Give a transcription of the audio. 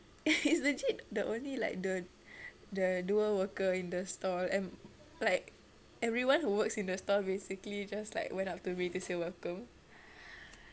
it's legit the only like the the dua worker in the store and like everyone who works in the store basically just like went up to me to say welcome